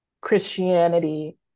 Christianity